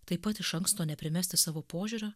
taip pat iš anksto neprimesti savo požiūrio